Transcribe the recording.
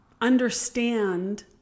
understand